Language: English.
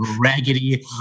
raggedy